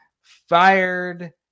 fired